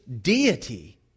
deity